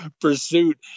pursuit